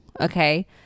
okay